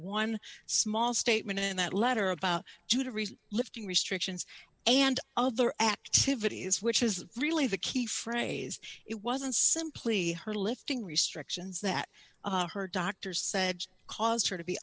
one small statement in that letter about judah rees lifting restrictions and other activities which is really the key phrase it wasn't simply her lifting restrictions that her doctors said caused her to be